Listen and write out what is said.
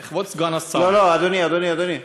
כבוד סגן השר, לא, אדוני, אדוני.